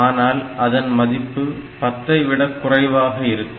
ஆனால் அதன் மதிப்பு பத்தை விட குறைவாக இருக்கும்